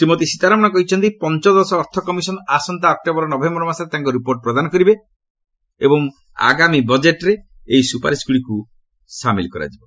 ଶ୍ରୀମତୀ ସୀତାରମଣ କହିଛନ୍ତି ପଞ୍ଚଦଶ ଅର୍ଥ କମିଶନ ଆସନ୍ତା ଅକ୍ଟୋବର ଓ ନଭେୟର ମାସରେ ତାଙ୍କର ରିପୋର୍ଟ ପ୍ରଦାନ କରିବେ ଏବଂ ଆଗାମୀ ବଜେଟ୍ରେ ଏହି ସୁପାରିସ୍ଗୁଡ଼ିକୁ ସାମିଲ୍ କରାଯିବ